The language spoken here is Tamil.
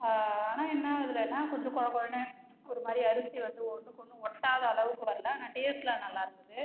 ஆனால் என்ன அதில் என்ன கொஞ்சம் கொழ கொழன்னு ஒருமாதிரி அரிசி வந்து ஒன்னுக்கொன்று ஒட்டாத அளவுக்கு வரலை ஆனால் டேஸ்ட்டெலாம் நல்லாயிருந்துது